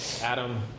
Adam